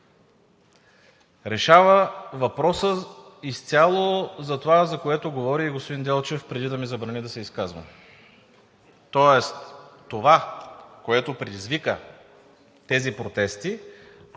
Решава въпроса изцяло за това, за което говори и господин Делчев, преди да ми забрани да се изказвам. Тоест това, което предизвика тези протести,